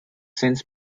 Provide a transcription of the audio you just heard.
since